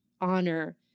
honor